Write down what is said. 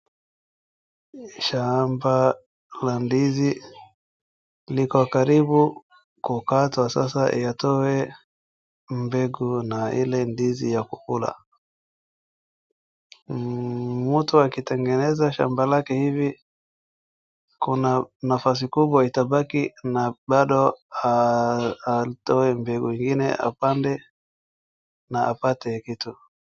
Shamba la ndizi liko karibu kukatwa sasa litoe mbegu na ile ndizi ya kukula. Mtu akitengeneza shamba lake hivi, kuna nafasi kubwa itabaki na bado atoe mbegu ingine apande na apate kitu.